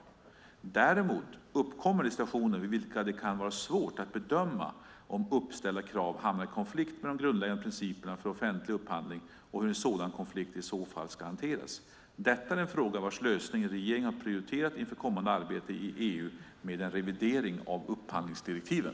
Däremot uppkommer det situationer i vilka det kan vara svårt att bedöma om uppställda krav hamnar i konflikt med de grundläggande principerna för offentlig upphandling och hur en sådan konflikt i så fall ska hanteras. Detta är en fråga vars lösning regeringen har prioriterat inför kommande arbete i EU med en revidering av upphandlingsdirektiven.